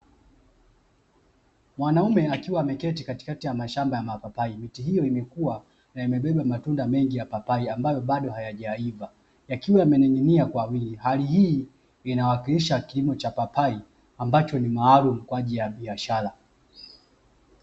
Mwanaume akiwa ameketi katikati ya mashamba ya mapapai, miti hiyo imekua na imebeba matunda mengi ya papai ambayo bado hayajaiva, yakiwa yamening'inia kwa wingi. Hali hii inawakilisha kilimo cha papai ambacho ni maalumu kwa ajili ya biashara.